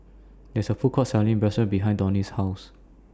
There IS A Food Court Selling Bratwurst behind Donnie's House